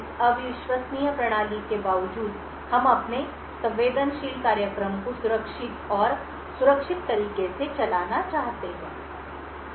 इस अविश्वसनीय प्रणाली के बावजूद हम अपने संवेदनशील कार्यक्रम को सुरक्षित और सुरक्षित तरीके से चलाना चाहते हैं